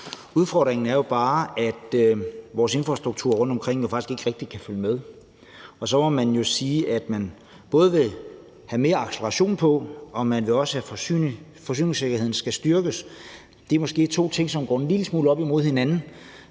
Udfordringen er bare, at vores infrastruktur rundtomkring ikke rigtig kan følge med. Og så må jeg jo sige, at når man både vil have øget acceleration og en styrket forsyningssikkerhed, er det måske to ting, der går en lille smule mod hinanden,